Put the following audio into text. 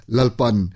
Lalpan